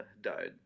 died